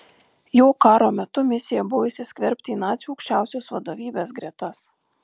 jo karo metų misija buvo įsiskverbti į nacių aukščiausios vadovybės gretas